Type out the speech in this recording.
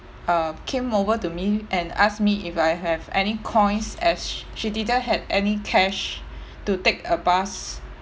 uh came over to me and ask me if I have any coins as she she didn't had any cash to take a bus